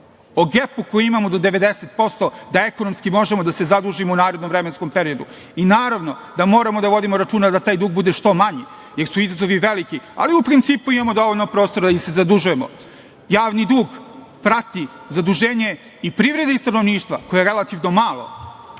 o gepu koji imamo do 90% da ekonomski možemo da se zadužimo u narednom vremenskom periodu i naravno da moramo da vodimo računa da taj dug bude što manji jer su izazovi veliki, ali u principu imamo dovoljno prostora da se zadužujemo. Javni dug prati zaduženje i privrede i stanovništva koje je relativno malo.